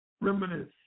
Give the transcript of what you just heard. Reminisce